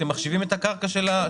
אתם מחשיבים את הקרקע שהוא קיבל?